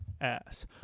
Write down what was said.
ass